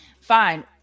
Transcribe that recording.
fine